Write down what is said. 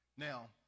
Now